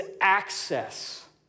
access